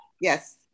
Yes